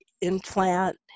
Implant